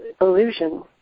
illusion